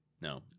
No